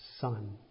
son